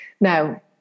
now